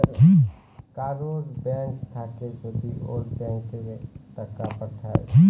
কারুর ব্যাঙ্ক থাক্যে যদি ওল্য ব্যাংকে টাকা পাঠায়